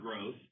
growth